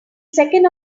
second